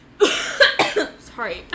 sorry